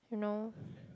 you know